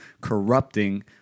corrupting